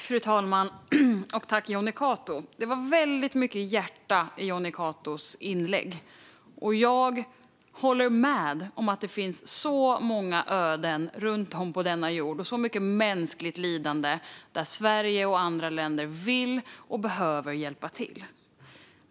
Fru talman! Det var väldigt mycket hjärta i Jonny Catos inlägg, och jag håller med om att det finns så många öden runt om på denna jord och så mycket mänskligt lidande, där Sverige och andra länder vill och behöver hjälpa till.